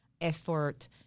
effort